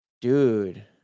dude